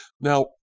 Now